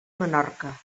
menorca